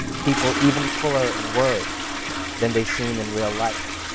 people even fuller in words than they seem in real life,